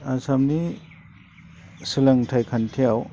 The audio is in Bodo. आसामनि सोलोंथाइ खान्थियाव